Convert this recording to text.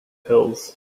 pills